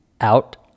out